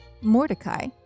Mordecai